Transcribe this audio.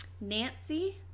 Nancy